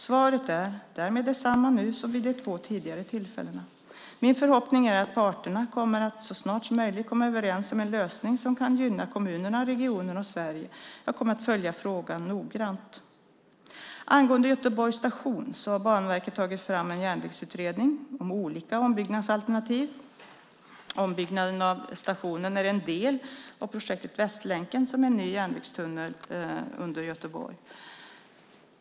Svaret är därmed detsamma nu som vid de två tidigare tillfällena. Min förhoppning är att parterna kommer att så snart som möjligt komma överens om en lösning som kan gynna kommunen, regionen och Sverige. Jag kommer att följa frågan noggrant. Angående Göteborgs station har Banverket tagit fram en järnvägsutredning om olika ombyggnadsalternativ. Ombyggnaden av stationen är en del av projektet Västlänken, som är en ny järnvägstunnel under Göteborg.